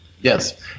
Yes